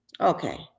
Okay